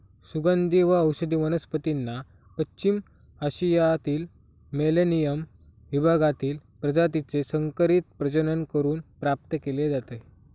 सुगंधी व औषधी वनस्पतींना पश्चिम आशियातील मेलेनियम विभागातील प्रजातीचे संकरित प्रजनन करून प्राप्त केले जाते